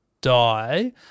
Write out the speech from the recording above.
die